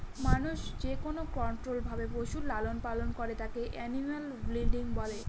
মানুষ যেকোনো কন্ট্রোল্ড ভাবে পশুর লালন পালন করে তাকে এনিম্যাল ব্রিডিং বলে